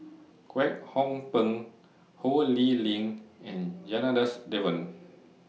Kwek Hong Png Ho Lee Ling and Janadas Devan